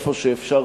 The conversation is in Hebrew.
איפה שאפשר,